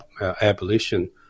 abolition